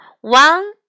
One